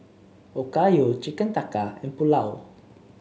Okayu Chicken Tikka and Pulao